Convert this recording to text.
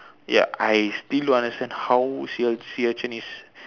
ya I still don't understand how sea sea urchin is